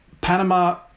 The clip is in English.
Panama